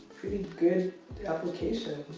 good application.